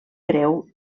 creu